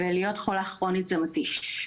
להיות חולה כרונית זה מתיש,